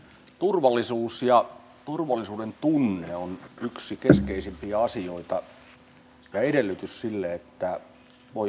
turvallisuus ja turvallisuudentunne on yksi keskeisimpiä asioita ja edellytys sille että voi asua kotona